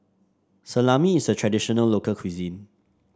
salami is a traditional local cuisine